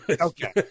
Okay